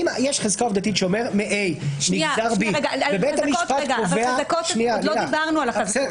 יש חזקה עובדתית ובית המשפט קובע --- עוד לא דיברנו על החזקות.